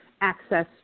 access